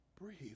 breathe